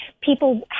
people